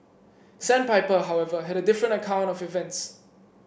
sandpiper however had a different account of events